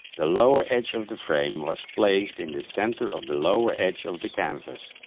the lower edge of the frame was placed in the center of the lower edge of the canvas.